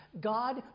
God